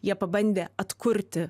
jie pabandė atkurti